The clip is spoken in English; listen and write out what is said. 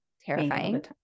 Terrifying